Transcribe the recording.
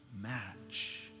match